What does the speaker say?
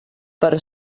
per